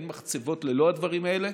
אין מחצבות ללא הדברים האלה.